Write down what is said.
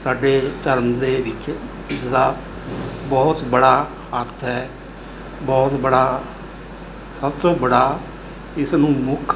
ਸਾਡੇ ਧਰਮ ਦੇ ਵਿੱਚ ਇਸਦਾ ਬਹੁਤ ਬੜਾ ਅਰਥ ਹੈ ਬਹੁਤ ਬੜਾ ਸਭ ਤੋਂ ਬੜਾ ਇਸਨੂੰ ਮੁੱਖ